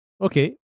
Okay